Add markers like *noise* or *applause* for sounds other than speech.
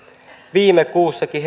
viime kuussakin *unintelligible*